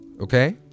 Okay